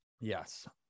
Yes